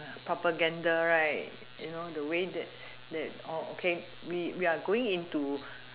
propaganda right you know the way that that okay we are going into